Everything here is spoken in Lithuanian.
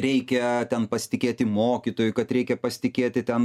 reikia ten pasitikėti mokytoju kad reikia pasitikėti ten